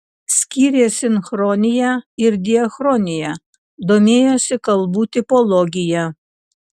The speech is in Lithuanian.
skyrė sinchroniją ir diachroniją domėjosi kalbų tipologija